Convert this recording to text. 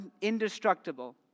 indestructible